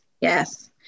Yes